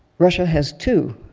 russia has two.